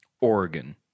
Oregon